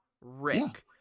Rick